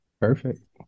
Perfect